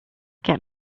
get